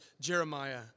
Jeremiah